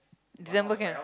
December can or not